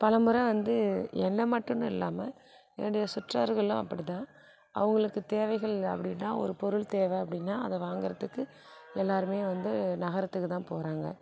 பல முறை வந்து என்னை மட்டுன்னு இல்லாமல் என்னுடைய சுற்றார்களும் அப்படிதான் அவங்களுக்கு தேவைகள் அப்படின்னா ஒரு பொருள் தேவை அப்படின்னா அதை வாங்கறத்துக்கு எல்லோருமே வந்து நகரத்துக்குதான் போகிறாங்க